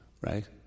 Right